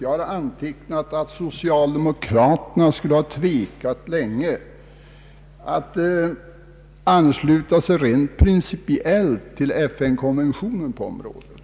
Jag har antecknat att socialdemokraterna skulle ha tvekat länge att ansluta sig rent principiellt till FN-konventionen på området.